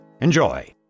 Enjoy